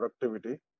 productivity